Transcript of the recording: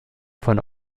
von